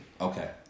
Okay